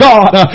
God